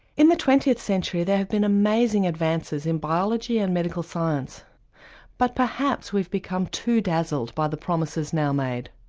in the twentieth century there have been amazing advances in biology and medical science but perhaps we've become too dazzled by the promises now made.